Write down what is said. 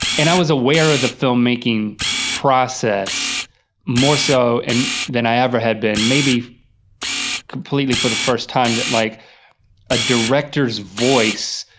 and i was aware of the filmmaking process more so and than i ever had been, maybe completely for the first time that like a director's voice